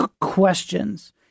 questions